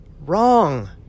Wrong